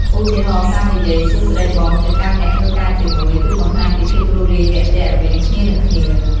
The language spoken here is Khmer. ឧទាហណ៍ ការនិយាយ «សួស្ដីបង» ទៅកាន់អ្នកធ្វើការជាមួយ គឺបង្ហាញពីភាពរួសរាយរាក់ទាក់រវាងគ្នានិងគ្នា។